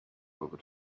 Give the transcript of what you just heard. over